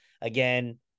again